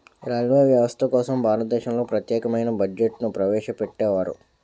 railway వ్యవస్థ కోసం భారతదేశంలో ప్రత్యేకమైన బడ్జెట్ను ప్రవేశపెట్టేవారు